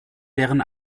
deren